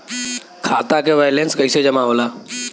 खाता के वैंलेस कइसे जमा होला?